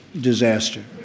disaster